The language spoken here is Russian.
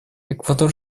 эквадор